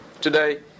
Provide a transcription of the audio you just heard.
today